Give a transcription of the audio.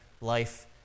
life